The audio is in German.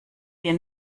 wir